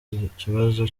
ikibazo